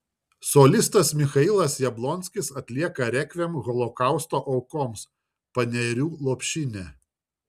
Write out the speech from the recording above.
solistas michailas jablonskis atlieka rekviem holokausto aukoms panerių lopšinę